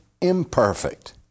imperfect